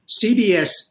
CBS